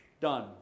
Done